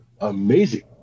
amazing